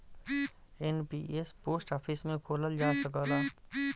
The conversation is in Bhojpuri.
एन.पी.एस पोस्ट ऑफिस में खोलल जा सकला